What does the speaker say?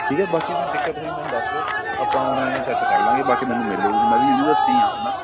ਠੀਕ ਹੈ ਬਾਕੀ ਕੋਈ ਦਿੱਕਤ ਹੋਈ ਮੈਨੂੰ ਦੱਸ ਦਿਓ ਆਪਾਂ ਉਵੇਂ ਸੈੱਟ ਕਰਲਾਂਗੇ ਬਾਕੀ ਮੈਨੂੰ ਮਿਲ ਲਿਉ ਤੁਸੀਂ ਮੈੈਂ ਵੀ ਯੂਨੀਵਰਸਿਟੀ ਹੀ ਹਾਂ ਹੁੰਦਾ